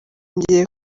ngiye